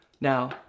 Now